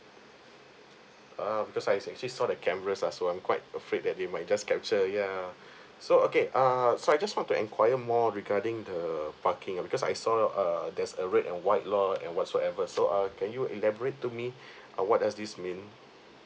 ah because I actually saw the cameras ah so I'm quite afraid that they might just capture yeah so okay err so I just want to enquire more regarding the parking ah because I saw err there's a red and white lot and whatsoever so uh can you elaborate to me uh what does this mean